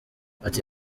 ati